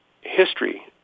history